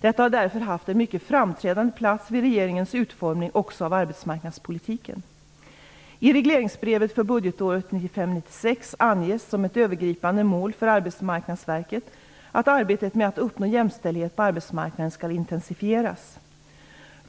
Detta har därför haft en mycket framträdande plats vid regeringens utformning också av arbetsmarknadspolitiken. I regleringsbrevet för budgetåret 1995/96 anges som ett övergripande mål för Arbetsmarknadsverket att arbetet med att uppnå jämställdhet på arbetsmarknaden skall intensifieras.